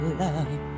love